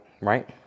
right